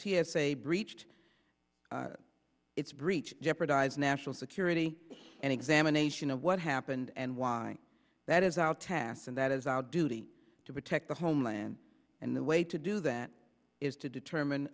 a breached its breach jeopardize national security an examination of what happened and why that is out tasks and that is our duty to protect the homeland and the way to do that is to determine